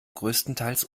größtenteils